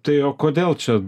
tai o kodėl čia